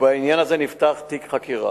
ובעניין הזה נפתח תיק חקירה.